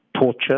torture